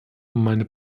meine